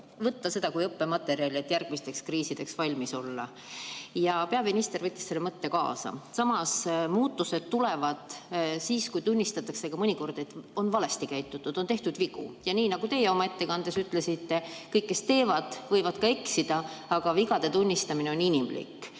võtta kui õppematerjali, et järgmisteks kriisideks valmis olla. Peaminister võttis selle mõtte kaasa. Samas, muutused tulevad siis, kui tunnistatakse ka mõnikord, et on valesti käitutud, on tehtud vigu. Nii nagu teie oma ettekandes ütlesite: kõik, kes teevad, võivad ka eksida, aga vigade tunnistamine on inimlik.